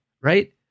right